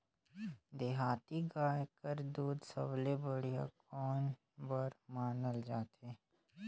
देहाती गाय कर दूध सबले बढ़िया कौन बर मानल जाथे?